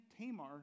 Tamar